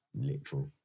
literal